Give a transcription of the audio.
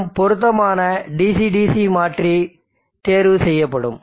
மேலும் பொருத்தமான DC DC மாற்றி தேர்வு செய்யப்படும்